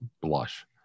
blush